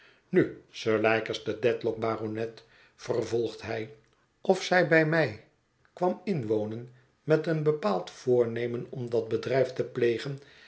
nu sir leicester dedlock baronet vervolgt hij of zij bij mij kwam inwonen met een bepaald voornemen om dat bedijf te plegen